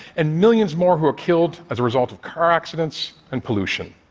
and millions more who are killed as a result of car accidents and pollution.